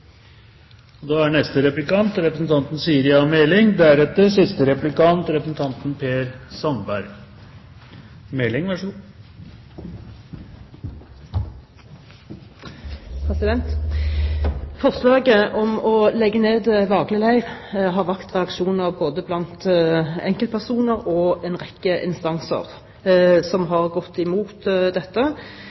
tiden da jeg var med. Forslaget om å legge ned Vagle leir har vakt reaksjoner både blant enkeltpersoner og hos en rekke instanser som har gått imot dette,